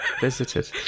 visited